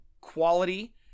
quality